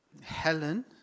Helen